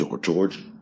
George